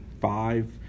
five